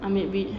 ambil vid~